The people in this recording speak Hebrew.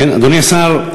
אדוני השר,